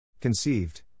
Conceived